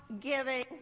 giving